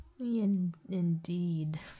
indeed